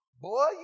Boy